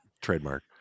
trademark